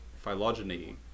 phylogeny